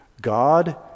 God